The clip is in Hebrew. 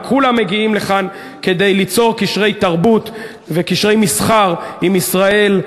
וכולם מגיעים לכאן כדי ליצור קשרי תרבות וקשרי מסחר עם ישראל,